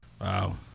Wow